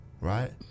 right